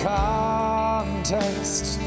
context